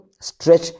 stretch